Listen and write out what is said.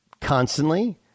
constantly